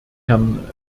herrn